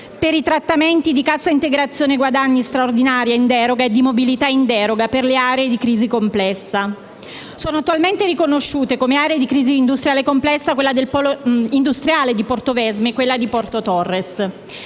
per i trattamenti di cassa integrazione guadagni straordinaria in deroga e di mobilità in deroga per le aree di crisi complessa. Sono attualmente riconosciute come aree di crisi industriale complessa quella del polo industriale di Portovesme e quella di Porto Torres.